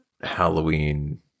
Halloween